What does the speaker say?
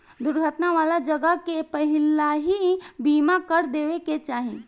दुर्घटना वाला जगह के पहिलही बीमा कर देवे के चाही